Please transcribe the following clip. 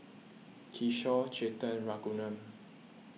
Kishore Chetan Raghuram